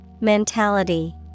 Mentality